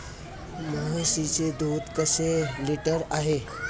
म्हशीचे दूध कसे लिटर आहे?